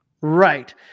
Right